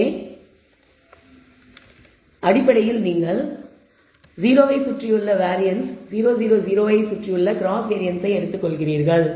எனவே அடிப்படையில் நீங்கள் 0 ஐச் சுற்றியுள்ள வேரியன்ஸ் 0 0 0 ஐச் சுற்றியுள்ள கிராஸ் கோவேரியன்ஸ்ஸை எடுத்துக்கொள்கிறீர்கள்